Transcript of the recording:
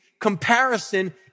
comparison